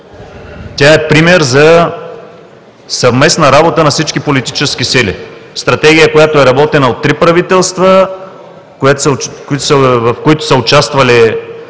Тя е пример за съвместна работа на всички политически сили – Стратегия, която е работена от три правителства, в които са участвали